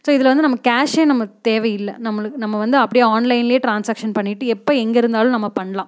so இதில் வந்து நம்ம கேஷ்ஷே நமக்கு தேவை இல்லை நம்மளுக்கு நம்ம வந்து அப்படே ஆன்லைன்ல டிரான்ஸாக்ஷன் பண்ணிவிட்டு எப்போ எங்கே இருந்தாலும் நம்ம பண்ணலாம்